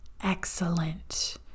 excellent